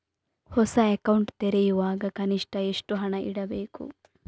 ಹೊಸ ಅಕೌಂಟ್ ತೆರೆಯುವಾಗ ಕನಿಷ್ಠ ಎಷ್ಟು ಹಣ ಇಡಬೇಕು?